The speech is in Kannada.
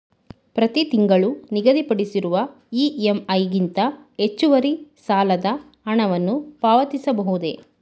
ಪ್ರತಿ ತಿಂಗಳು ನಿಗದಿಪಡಿಸಿರುವ ಇ.ಎಂ.ಐ ಗಿಂತ ಹೆಚ್ಚುವರಿ ಸಾಲದ ಹಣವನ್ನು ಪಾವತಿಸಬಹುದೇ?